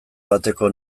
bateko